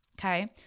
okay